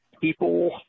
People